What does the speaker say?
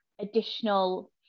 additional